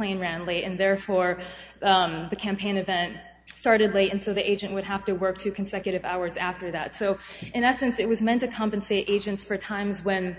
late and therefore the campaign event started late and so the agent would have to work two consecutive hours after that so in essence it was meant to compensate agents for times when